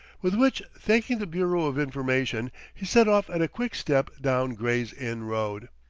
with which, thanking the bureau of information, he set off at a quick step down grey's inn road.